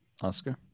Oscar